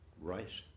right